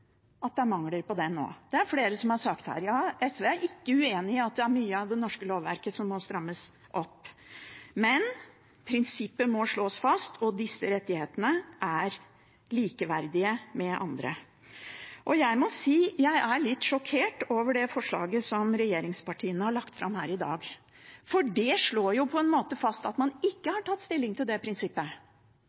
at det er mangler på den også – det er det flere som har sagt her. Ja, SV er ikke uenig i at det er mye av det norske lovverket som må strammes opp. Men prinsippet må slås fast, og disse rettighetene er likeverdige med andre. Jeg må si jeg er litt sjokkert over det forslaget som regjeringspartiene har lagt fram her i dag. Det slår på en måte fast at man ikke har tatt stilling til det prinsippet